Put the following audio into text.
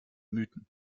mythen